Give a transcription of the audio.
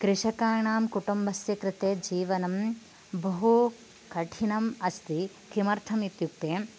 कृषकाणां कुटुम्बस्य कृते जीवनं बहु कठिनम् अस्ति किमर्थम् इत्युक्ते